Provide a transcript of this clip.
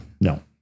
No